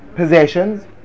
Possessions